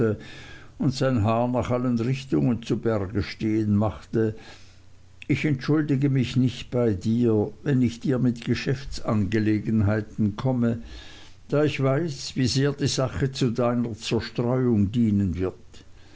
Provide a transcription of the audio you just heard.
und sein haar nach allen richtungen zu berge stehen machte ich entschuldige mich nicht bei dir wenn ich dir mit geschäftsangelegenheiten komme da ich weiß wie sehr die sache zu deiner zerstreuung dienen wird